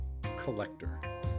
collector